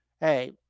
hey